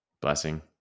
Blessing